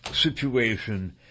situation